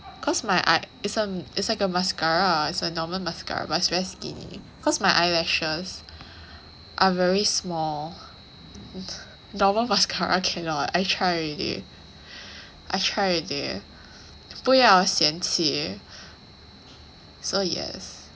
cause my i- it's like a mascara it's a normal mascara but it's very skinny cause my eyelashes are very small normal mascara cannot I try already I try again 不要嫌弃 so yes